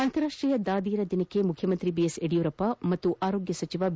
ಅಂತಾರಾಷ್ಟೀಯ ದಾದಿಯರ ದಿನಕ್ಕೆ ಮುಖ್ಯಮಂತ್ರಿ ಬಿಎಸ್ ಯಡಿಯೂರಪ್ಪ ಹಾಗೂ ಆರೋಗ್ಯ ಸಚಿವ ಬಿ